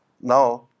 now